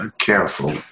careful